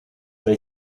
they